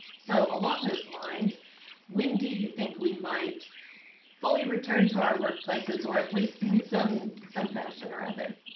so along those lines when do you think we might fully return to our workplaces or at least in some some fashion or other?